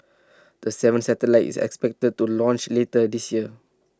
the seventh satellite is expected to launched later this year